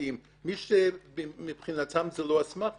משפטיים מי שמבחינתו זאת לא אסמכתה,